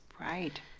Right